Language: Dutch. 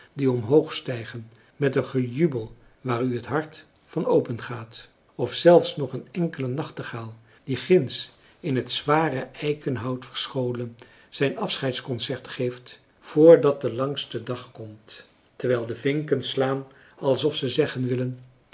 die omhoogstijgen met een gejubel waar u het hart van opengaat of zelfs nog een enkelen nachtegaal die ginds in het zware eikenhout verscholen zijn afscheidsconcert geeft voordat de langste dag komt terwijl de vinken slaan alsof ze zeggen willen